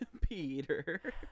peter